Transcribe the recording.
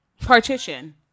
Partition